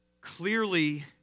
Clearly